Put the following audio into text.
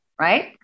right